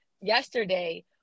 yesterday